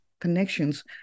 connections